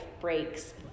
breaks